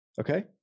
okay